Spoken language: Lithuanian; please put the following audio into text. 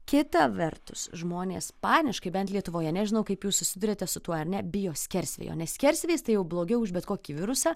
kita vertus žmonės paniškai bent lietuvoje nežinau kaip jūs susiduriate su tuo ar nebijo skersvėjo nes skersvėjis tai jau blogiau už bet kokį virusą